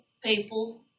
people